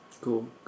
Cool